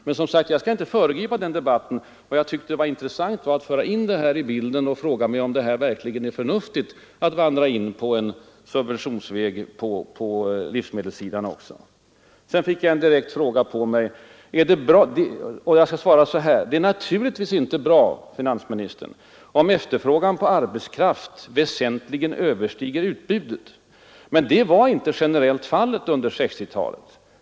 Men jag skall, som sagt, inte föregripa den debatten. Vad jag fann intressant var att föra in problemet i bilden och ställa frågan om det verkligen är förnuftigt att vandra in på subventionsvägen också på livsmedelssidan. Jag fick till sist en direkt fråga, och jag skall svara på den: Det är naturligtvis inte bra, herr finansminister, om efterfrågan på arbetskraft väsentligen överstiger utbudet. Men det var generellt inte fallet under 1960-talet.